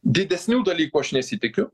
didesnių dalykų aš nesitikiu